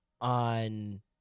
on